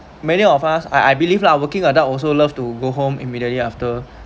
many of us I I believe lah working adult also love to go home immediately after